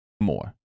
more